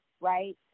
right